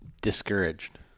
discouraged